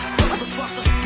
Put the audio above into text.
motherfuckers